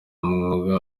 umwuga